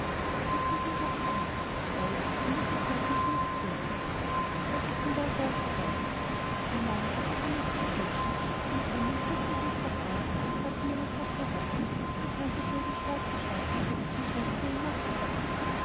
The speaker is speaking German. der sultan gab zur antwort ei man muß nicht gleich das schlimmste denken was ist denn weiter auch dabei ein mann der so vermag zu schenken den drum mein fürstliches vertrau'n erkor zu meiner tochter gatten der kann sich wohl den spaß gestatten ein schloß in einer nacht zu